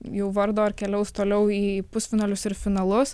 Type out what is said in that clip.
jų vardo ar keliaus toliau į pusfinalius ir finalus